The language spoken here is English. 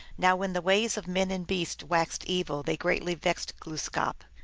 now when the ways of men and beasts waxed evil they greatly vexed glooskap,